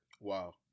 wow